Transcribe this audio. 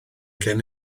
gen